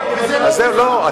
זה לא בזכות המשרד שאתה מייצג.